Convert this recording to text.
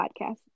podcast